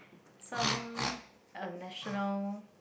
some uh national